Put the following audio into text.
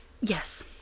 Yes